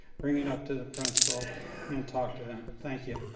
bring it up to the principal and talk to him, thank you.